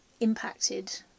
impacted